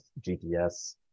GPS